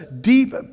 deep